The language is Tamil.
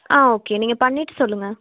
ஆ ஓகே நீங்கள் பண்ணிட்டு சொல்லுங்க